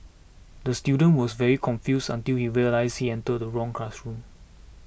the student was very confused until he realised he entered the wrong classroom